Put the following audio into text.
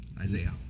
Isaiah